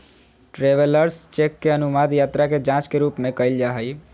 travellers cheque के अनुवाद यात्रा के जांच के रूप में कइल जा हइ